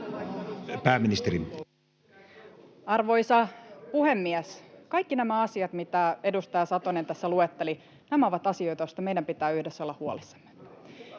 Content: Arvoisa puhemies! Kaikki nämä asiat, mitä edustaja Satonen tässä luetteli, ovat asioita, joista meidän pitää yhdessä olla huolissamme.